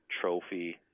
trophy